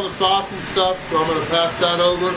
um sauce and stuff so i'm gonna pass that over